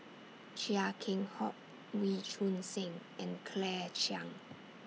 Chia Keng Hock Wee Choon Seng and Claire Chiang